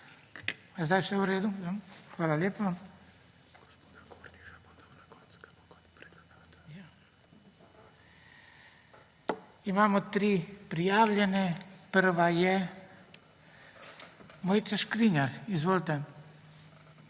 Je zdaj vse v redu? Ja. Hvala lepa. Imamo tri prijavljene. Prva je Mojca Škrinjar. Izvolite.